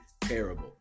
terrible